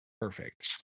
Perfect